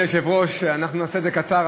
אדוני היושב-ראש, נעשה את זה קצר.